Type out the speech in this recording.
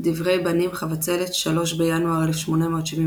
דברי בני"ם, חבצלת, 3 בינואר 1878